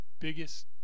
biggest